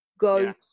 go